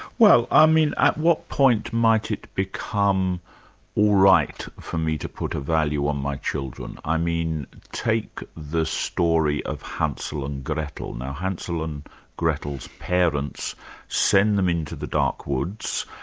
well i mean at what point might it become all right for me to put a value on my children? i mean take the story of hansel and gretel. now hansel and gretel's parents send them into the dark woods,